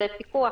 זה פיקוח,